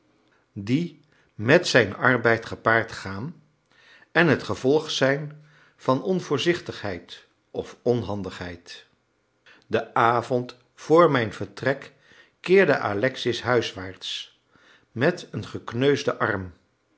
die niet zijn arbeid gepaard gaan en het gevolg zijn van onvoorzichtigheid of onhandigheid den avond vr mijn vertrek keerde alexis huiswaarts met een gekneusden arm